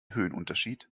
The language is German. höhenunterschied